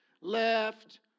left